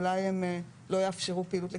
אולי הם לא יאפשרו פעילות לקטינים.